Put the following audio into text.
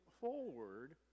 forward